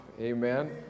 Amen